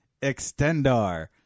Extendar